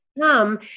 come